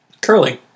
curling